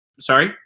Sorry